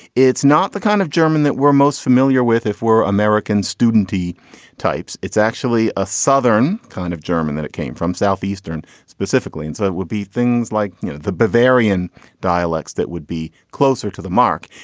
it's not the kind of german that we're most familiar with if we're american student t types. it's actually a southern kind of german that it came from southeastern specifically. and so it would be things like the bavarian dialects that would be closer to the mark.